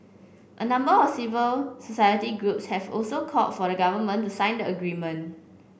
a number of civil society groups have also call for the government to sign the agreement